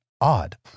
odd